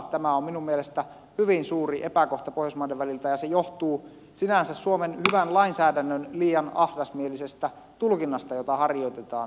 tämä on minun mielestäni hyvin suuri epäkohta pohjoismaiden välillä ja se johtuu sinänsä suomen hyvän lainsäädännön liian ahdasmielisestä tulkinnasta jota harjoitetaan